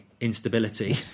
instability